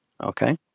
okay